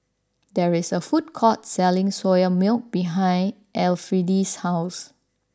there is a food court selling Soya Milk behind Elfrieda's house